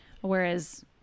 Whereas